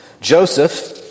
Joseph